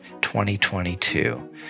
2022